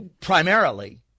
primarily